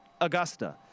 Augusta